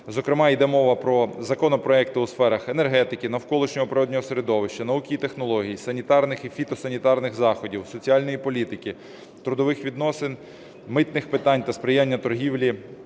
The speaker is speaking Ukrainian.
Зокрема, йде мова про законопроекти у сферах енергетики, навколишнього природного середовища, науки і технологій, санітарних і фітосанітарних заходів, соціальної політики, трудових відносин, митних питань та сприяння торгівлі,